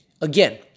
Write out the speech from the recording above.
again